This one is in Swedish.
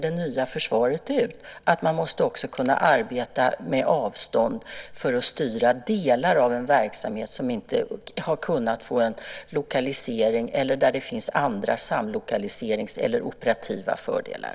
Det nya försvaret ser så ut att man också måste kunna arbeta på avstånd för att styra delar av en verksamhet som inte har kunnat få en lokalisering eller där det finns andra samlokaliseringsfördelar eller operativa fördelar.